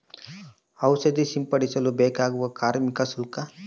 ಔಷಧಿ ಸಿಂಪಡಿಸಲು ಬೇಕಾಗುವ ಕಾರ್ಮಿಕ ಶುಲ್ಕ?